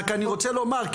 אבל אני רוצה לומר,